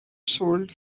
sold